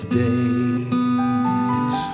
days